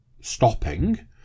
stopping